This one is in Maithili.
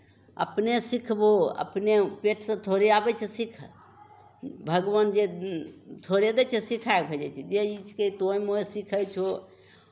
अपने सिखबौ अपने पेटसँ थोड़े आबै छै सीख कऽ भगवान जे थोड़े दै छै सिखाय भेजै छै जे ई छिकै तोहे मोहे सीखै छौ